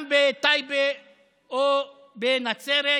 גם בטייבה או בנצרת,